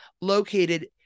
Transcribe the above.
located